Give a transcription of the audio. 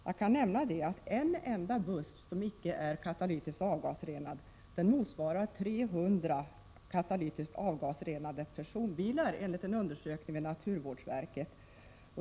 Jag kan nämna att en enda buss som icke är katalytiskt avgasrenad motsvarar 300 katalytiskt avgasrenade personbilar, enligt en undersökning av naturvårdsverket.